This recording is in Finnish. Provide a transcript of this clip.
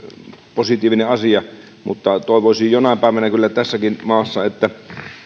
positiivinen asia mutta toivoisin jonain päivänä kyllä tässäkin maassa että